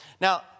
Now